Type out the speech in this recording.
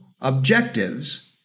Objectives